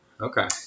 Okay